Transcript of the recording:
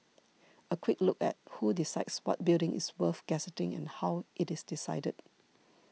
a quick look at who decides what building is worth gazetting and how it is decided